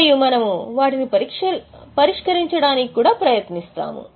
మరియు మనము వాటిని పరిష్కరించడానికి కూడా ప్రయత్నిస్తాము